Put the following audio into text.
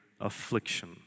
affliction